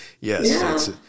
yes